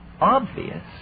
obvious